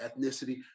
ethnicity